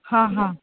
हां हां